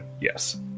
Yes